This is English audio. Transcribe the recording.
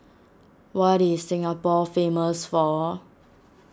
what is Singapore famous for